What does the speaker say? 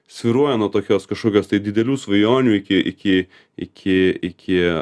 svyruoja nuo tokios kažkokios tai didelių svajonių iki iki iki iki